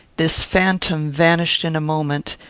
this phantom vanished in a moment,